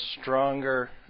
stronger